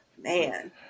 man